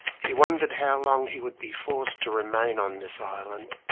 he wondered how long he would be forced to remain on this island,